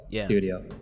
studio